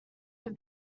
have